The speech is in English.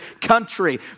country